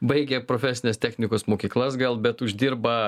baigė profesines technikos mokyklas gal bet uždirba